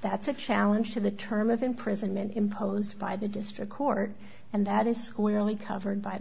that's a challenge to the term of imprisonment imposed by the district court and that is squarely covered by